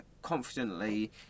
Confidently